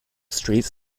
streets